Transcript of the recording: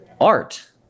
art